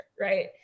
right